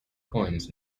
coins